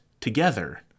together